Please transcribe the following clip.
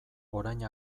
orain